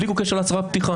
בלי כל קשר להצהרת פתיחה.